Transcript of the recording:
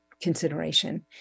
consideration